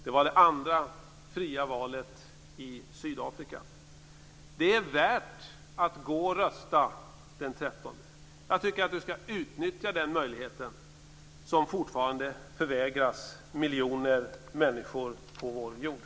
Det var det andra fria valet i Sydafrika. Det är värt att gå och rösta den 13 juni. Jag tycker att du skall utnyttja den möjligheten, som fortfarande förvägras miljoner människor på vår jord.